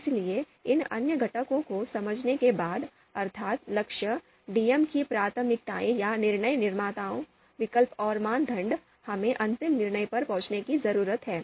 इसलिए इन अन्य घटकों को समझने के बाद अर्थात् लक्ष्य डीएम की प्राथमिकताएं या निर्णय निर्माताओं विकल्प और मानदंड हमें अंतिम निर्णय पर पहुंचने की जरूरत है